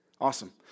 Awesome